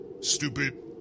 stupid